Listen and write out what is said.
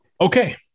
Okay